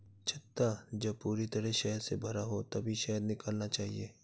छत्ता जब पूरी तरह शहद से भरा हो तभी शहद निकालना चाहिए